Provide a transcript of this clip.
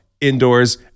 indoors